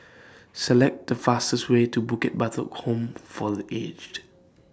Select The fastest Way to Bukit Batok Home For The Aged